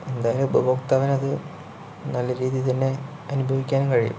എന്തായാലും ഉപഭോക്താവിനത് നല്ല രീതിത്തന്നെ അനുഭവിക്കാനും കഴിയും